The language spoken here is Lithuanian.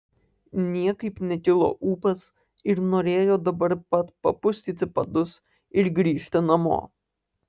niekaip nekilo ūpas ir norėjo dabar pat papustyti padus ir grįžti namo